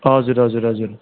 हजुर हजुर हजुर